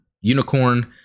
unicorn